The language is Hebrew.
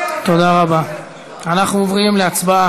אנחנו ממשלה כן עם לגיטימציה.